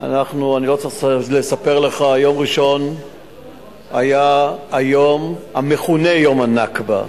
אני לא צריך לספר לך שיום ראשון היה היום המכונה "יום הנכבה".